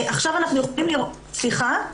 סליחה?